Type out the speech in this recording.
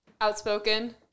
outspoken